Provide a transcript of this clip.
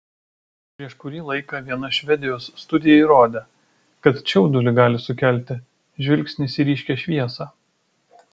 prieš kurį laiką viena švedijos studija įrodė kad čiaudulį gali sukelti žvilgsnis į ryškią šviesą